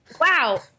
wow